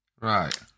Right